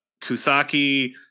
Kusaki